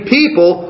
people